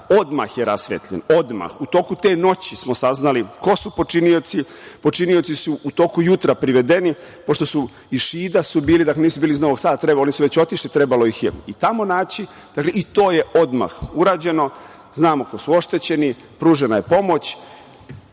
odmah je rasvetljeno, odmah, u toku te noći smo saznali ko su počinioci. Počinioci su u toku jutra privedeni, pošto su iz Šida bili, dakle nisu bili iz Novog Sada, oni su već otišli, trebalo ih je i tamo naći i to je odmah urađeno. Znamo ko su oštećeni, pružena je pomoć.